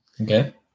Okay